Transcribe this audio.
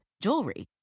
jewelry